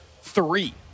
three